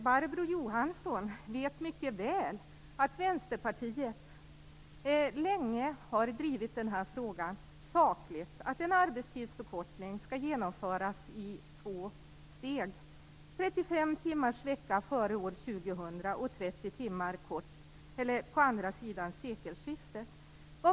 Barbro Johansson vet mycket väl att Vänsterpartiet länge har drivit den här frågan sakligt. En arbetstidsförkortning skall genomföras i två steg: 35 timmars vecka före år 2000 och 30 timmars vecka på andra sida sekelskiftet.